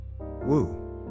Woo